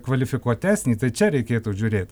kvalifikuotesnį tai čia reikėtų žiūrėt